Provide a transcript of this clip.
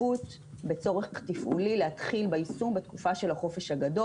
צריך לעשות זאת מתוקף החוק.